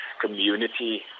community